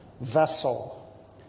vessel